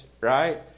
Right